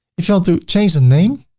if you want to change the name,